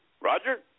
Roger